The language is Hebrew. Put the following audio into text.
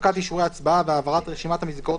הנפקת אישורי הצבעה והעברת רשימת המסגרות